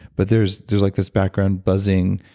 but there's there's like this background buzzing,